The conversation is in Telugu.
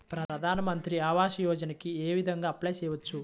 ప్రధాన మంత్రి ఆవాసయోజనకి ఏ విధంగా అప్లే చెయ్యవచ్చు?